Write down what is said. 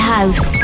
House